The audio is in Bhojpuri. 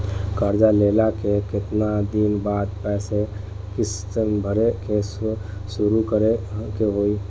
कर्जा लेला के केतना दिन बाद से पैसा किश्त भरे के शुरू करे के होई?